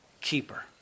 keeper